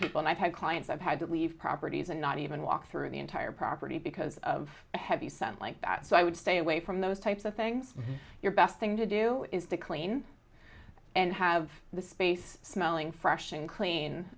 people and i've had clients i've had to leave properties and not even walk through the entire property because of a heavy scent like that so i would stay away from those types of things your best thing to do is to clean and have the space smelling fresh and clean